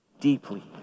deeply